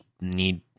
need